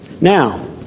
Now